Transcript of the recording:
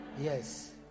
yes